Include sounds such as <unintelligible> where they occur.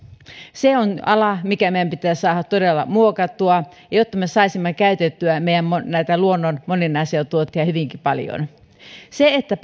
se on ala mikä meidän pitää saada todella muokattua jotta me saisimme käytettyä meidän luontomme moninaisia tuotteita hyvinkin paljon se että <unintelligible>